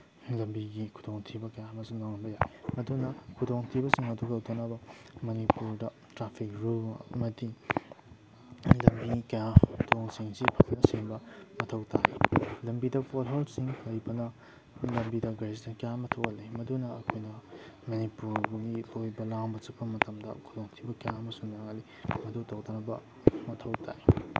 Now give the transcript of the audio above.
ꯂꯝꯕꯤꯒꯤ ꯈꯨꯗꯣꯡꯊꯤꯕ ꯀꯌꯥ ꯑꯃꯁꯨ ꯅꯪꯍꯟꯕ ꯌꯥꯏ ꯃꯗꯨꯅ ꯈꯨꯗꯣꯡꯊꯤꯕꯁꯤꯡ ꯑꯗꯨ ꯊꯣꯛꯇꯅꯕ ꯃꯅꯤꯄꯨꯔꯗ ꯇ꯭ꯔꯥꯐꯤꯛ ꯔꯨꯜ ꯑꯃꯗꯤ ꯂꯝꯕꯤ ꯀꯌꯥ ꯊꯣꯡꯁꯤꯡ ꯑꯁꯤ ꯐꯖꯅ ꯁꯦꯝꯕ ꯃꯊꯧ ꯇꯥꯏ ꯂꯝꯕꯤꯗ ꯄꯣꯠ ꯍꯣꯜꯁꯤꯡ ꯂꯩꯕꯅ ꯂꯝꯕꯤꯗ ꯒꯥꯔꯤ ꯑꯦꯛꯁꯤꯗꯦꯟ ꯀꯌꯥ ꯑꯃ ꯊꯣꯛꯍꯜꯂꯤ ꯃꯗꯨꯅ ꯑꯩꯈꯣꯏꯅ ꯃꯅꯤꯄꯨꯔꯒꯤ ꯀꯣꯏꯕ ꯂꯥꯡꯕ ꯆꯠꯄ ꯃꯇꯝꯗ ꯈꯨꯗꯣꯡꯊꯤꯕ ꯀꯌꯥ ꯑꯃꯁꯨ ꯅꯪꯍꯜꯂꯤ ꯃꯗꯨ ꯇꯧꯗꯅꯕ ꯃꯊꯧ ꯇꯥꯏ